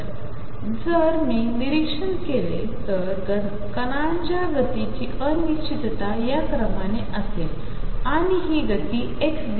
तर जरमीनिरीक्षणकेलेतरकणांच्यागतीचीअनिश्चिततायाक्रमानेअसेलआणिहीगतीx